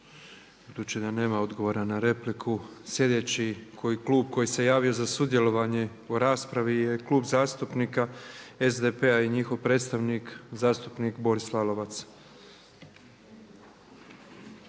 Budući da nema odgovora na repliku sljedeći klub koji se javio za sudjelovanje u raspravi je Klub zastupnika SDP-a i njihov predstavnik, zastupnik Boris Lalovac.